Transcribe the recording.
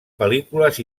pel·lícules